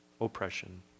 oppression